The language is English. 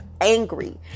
angry